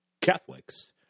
Catholics